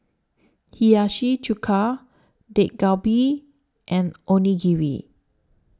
Hiyashi Chuka Dak Galbi and Onigiri